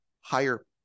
higher